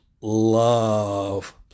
love